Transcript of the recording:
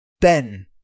Ben